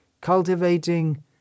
cultivating